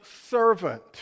servant